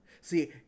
See